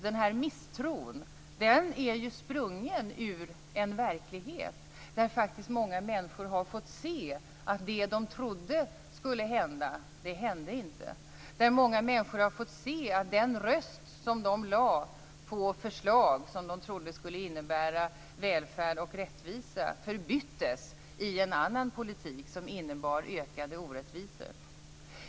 Den här misstron är sprungen ur en verklighet där många människor har fått se att det de trodde skulle hända hände inte, där många människor har fått se att den röst som de lade på förslag som de trodde skulle innebära välfärd och rättvisa förbyttes i en annan politik som innebar ökade orättvisor.